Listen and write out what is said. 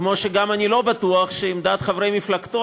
כמו שאני גם לא בטוח שעמדת חברי מפלגתו